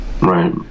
Right